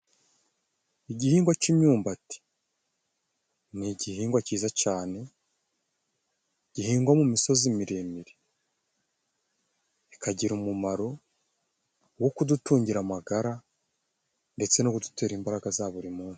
Igihingwa c'imyumbati ni igihingwa cyiza cane gihingwa mu misozi miremire, kikagira umumaro wo kudutungira amagara ndetse no gudutera imbaraga za buri muntu.